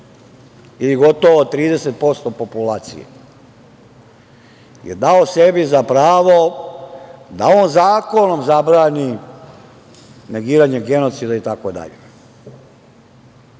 ili gotovo 30% populacije je dao sebi za pravo da on zakonom zabrani negiranje genocida itd. Istorija